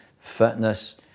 fitness